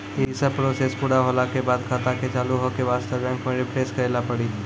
यी सब प्रोसेस पुरा होला के बाद खाता के चालू हो के वास्ते बैंक मे रिफ्रेश करैला पड़ी?